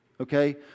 okay